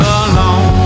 alone